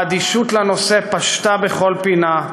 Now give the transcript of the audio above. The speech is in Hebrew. האדישות לנושא פשתה בכל פינה,